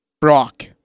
Brock